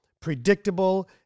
predictable